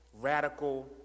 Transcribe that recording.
Radical